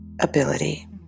ability